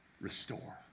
Restore